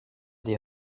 des